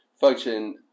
function